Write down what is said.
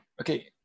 okay